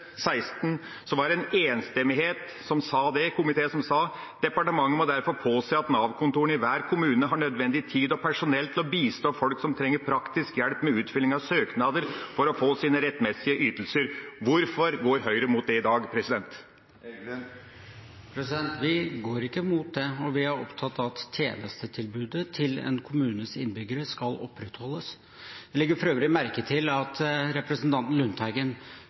var det en enstemmig komité som skrev: «Departementet må derfor påse at Nav-kontorene i hver kommune har nødvendig tid og personell til å bistå folk som trenger praktisk hjelp med utfylling av søknader for å få sine rettmessige ytelser.» Hvorfor går Høyre imot det i dag? Vi går ikke imot det, og vi er opptatt av at tjenestetilbudet til kommunenes innbyggere skal opprettholdes. Jeg legger for øvrig merke til at representanten Lundteigen